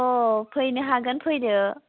अ' फैनो हागोन फैदो